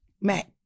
Mac